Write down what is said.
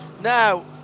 Now